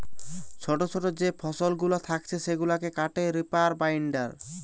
ছোটো ছোটো যে ফসলগুলা থাকছে সেগুলাকে কাটে রিপার বাইন্ডার